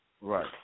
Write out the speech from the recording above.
Right